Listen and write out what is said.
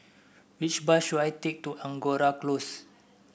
which bus should I take to Angora Close